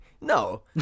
no